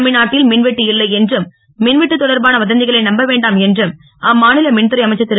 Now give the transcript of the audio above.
தமிழ்நாட்டில் மின்வெட்டு இல்லை என்றும் மின்வெட்டு தொடர்பான வதந்தகளை நம்பவேண்டாம் என்றும் அம்மாநில மின்துறை அமைச்சர் திரு